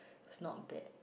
it's not bad